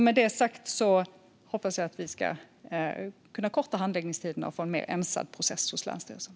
Med detta sagt hoppas jag att vi ska kunna korta handläggningstiderna och få en mer ensad process hos länsstyrelserna.